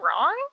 wrong